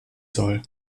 soll